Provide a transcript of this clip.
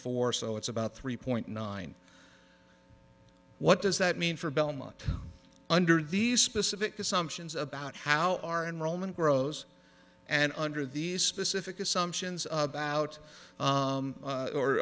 four so it's about three point nine what does that mean for belmont under these specific assumptions about how our enrollment grows and under these specific assumptions about